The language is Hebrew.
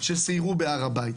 שסיירו בהר הבית.